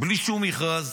בלי שום מכרז.